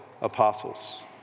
apostles